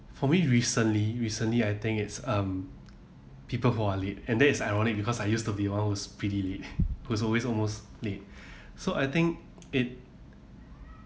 for me recently recently I think it's um people who are late and then it's ironic because I used to be the one who's pretty late who's always almost late so I think it